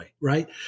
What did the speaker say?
right